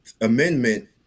Amendment